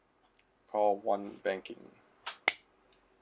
call one banking